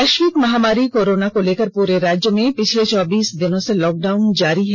वैष्विक महामारी कोरोना को लेकर पूरे राज्य में पिछले चौबीस दिनों से लॉक डाउन जारी है